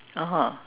oh